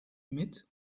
mit